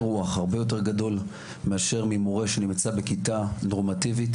רוח הרבה יותר גדול ממורה שנמצא בכיתה נורמטיבית.